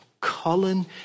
Colin